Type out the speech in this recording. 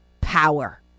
Power